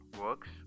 works